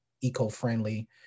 eco-friendly